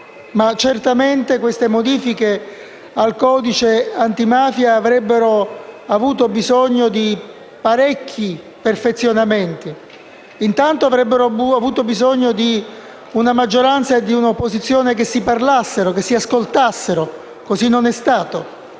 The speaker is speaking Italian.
ma certamente le modifiche al codice antimafia al nostro esame avrebbero avuto bisogno di parecchi perfezionamenti. Intanto, avrebbero avuto bisogno di una maggioranza e di un'opposizione che si fossero parlate e ascoltate, ma così non è stato.